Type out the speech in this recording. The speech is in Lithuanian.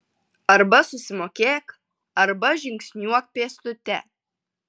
arba susimokėk arba žingsniuok pėstute